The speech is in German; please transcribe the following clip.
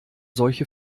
solche